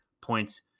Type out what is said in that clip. points